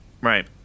Right